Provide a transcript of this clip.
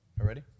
already